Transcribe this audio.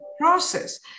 process